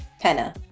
penna